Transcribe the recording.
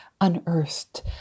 unearthed